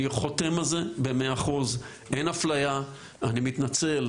אני חותם על זה במאה אחוז, אין אפליה, אני מתנצל.